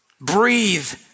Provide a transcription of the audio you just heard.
breathe